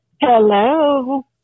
Hello